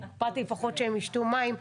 הקפדתי לפחות שהם ישתו מים,